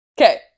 Okay